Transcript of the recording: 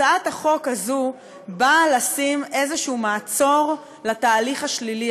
הצעת החוק הזו באה לשים איזשהו מעצור לתהליך השלילי